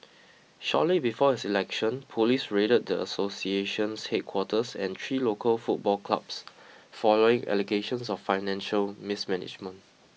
shortly before his election police raided the association's headquarters and three local football clubs following allegations of financial mismanagement